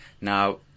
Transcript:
Now